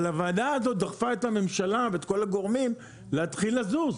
אבל הוועדה הזאת דחפה את הממשלה ואת כל הגורמים להתחיל לזוז,